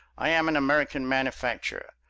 i am an american manufacturer.